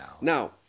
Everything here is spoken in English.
Now